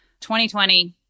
2020